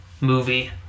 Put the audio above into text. movie